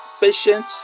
patient